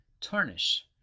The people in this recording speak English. tarnish